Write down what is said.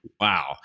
wow